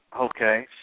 okay